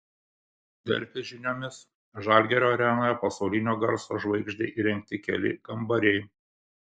delfi žiniomis žalgirio arenoje pasaulinio garso žvaigždei įrengti keli kambariai